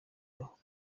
ahubwo